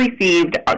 received